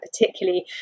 particularly